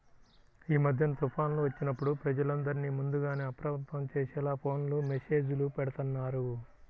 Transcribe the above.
యీ మద్దెన తుఫాన్లు వచ్చినప్పుడు ప్రజలందర్నీ ముందుగానే అప్రమత్తం చేసేలా ఫోను మెస్సేజులు బెడతన్నారు